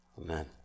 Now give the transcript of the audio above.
Amen